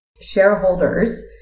shareholders